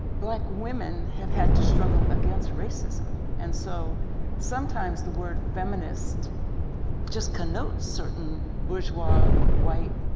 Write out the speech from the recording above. black women have had to struggle against racism and so sometimes the word feminist just connotes certain bourgeois, white